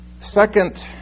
Second